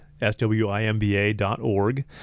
s-w-i-m-b-a.org